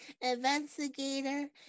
investigator